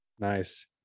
Nice